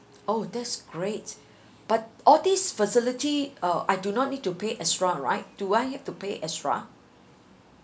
oh that's great but all this facility uh I do not need to pay extra right do I need to pay extra